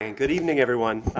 and good evening, everyone.